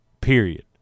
period